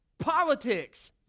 politics